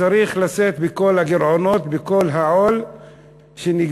שצריך לשאת בכל הגירעונות, בכל העול שנגרם.